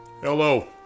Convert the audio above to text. Hello